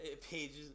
pages